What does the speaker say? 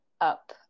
up